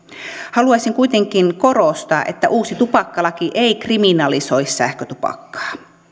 haluaisin kuitenkin korostaa että uusi tupakkalaki ei kriminalisoi sähkötupakkaa